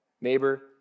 neighbor